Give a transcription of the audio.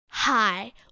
Hi